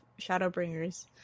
Shadowbringers